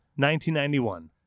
1991